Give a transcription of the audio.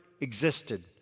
existed